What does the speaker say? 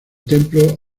templo